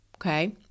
Okay